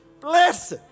blessed